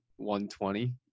120